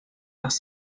las